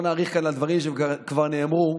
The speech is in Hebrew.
לא נאריך כאן בדברים שכבר נאמרו,